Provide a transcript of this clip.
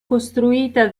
costruita